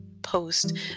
post